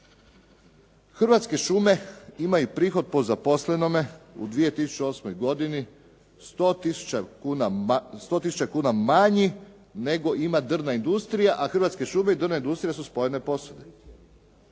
Hrvatske šume imaju prihod po zaposlenome u 2008. godini 100 tisuća kuna manji nego ima Drvna industrija, a Hrvatske šume i Drvna industrija su spojene posude.